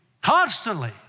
constantly